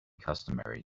customary